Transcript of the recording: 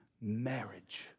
marriage